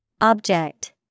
Object